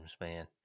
man